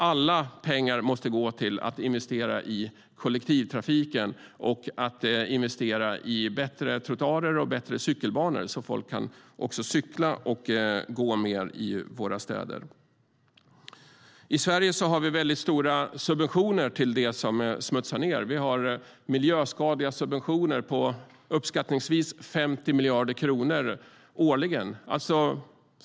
Alla pengar måste gå till att investera i kollektivtrafiken och i bättre trottoarer och bättre cykelbanor så att folk kan gå och cykla mer i våra städer. I Sverige har vi väldigt stora subventioner till det som smutsar ned. Vi har miljöskadliga subventioner på uppskattningsvis 50 miljarder kronor årligen.